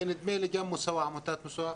ונדמה לי שגם עמותת מוסאווא,